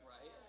Right